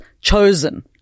chosen